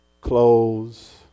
Clothes